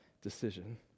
decision